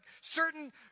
certain